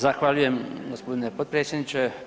Zahvaljujem g. potpredsjedniče.